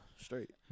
straight